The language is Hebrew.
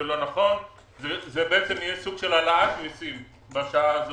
זה יהיה סוג של העלאת מיסים בשעה הזאת.